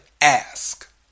ask